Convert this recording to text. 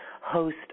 host